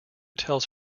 tells